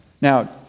Now